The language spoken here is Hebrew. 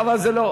אבל זה לא,